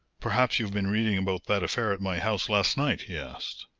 perhaps you've been reading about that affair at my house last night? he asked.